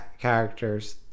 characters